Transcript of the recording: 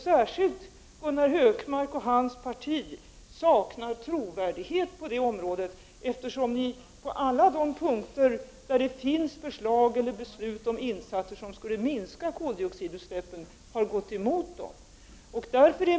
Gunnar Hökmark och hans parti saknar trovärdighet på det området, eftersom moderaterna har gått emot på alla de punkter där det finns förslag eller beslut om insatser som skulle kunna minska koldioxidutsläppen.